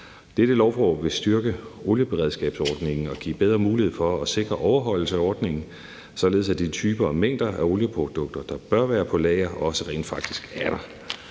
Dette lovforslag vil styrke olieberedskabsordningen og vil give bedre mulighed for at sikre overholdelse af ordningen, således at de typer og mængder af olieprodukter, der bør være på lager, også rent faktisk er der.